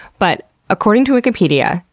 but according to wikipedia,